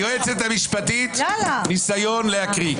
היועצת המשפטית, ניסיון להקריא.